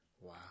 Wow